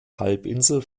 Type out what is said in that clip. halbinsel